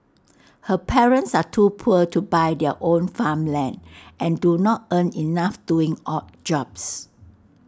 her parents are too poor to buy their own farmland and do not earn enough doing odd jobs